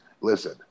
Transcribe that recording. listen